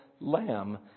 lamb